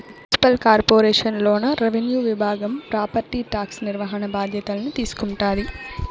municipal corporation లోన revenue విభాగం property tax నిర్వహణ బాధ్యతల్ని తీసుకుంటాది